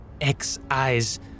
X-eyes